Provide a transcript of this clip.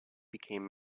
became